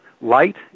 light